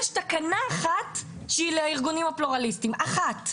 יש תקנה אחת שהיא לארגונים הפלורליסטים אחת,